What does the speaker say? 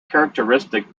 characteristic